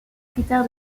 critère